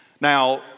Now